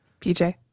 PJ